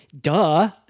duh